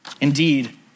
Indeed